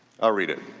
i'll read it.